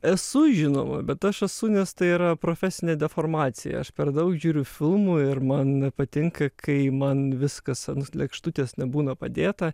esu žinoma bet aš esu nes tai yra profesinė deformacija aš per daug žiūriu filmų ir man patinka kai man viskas ant lėkštutės nebūna padėta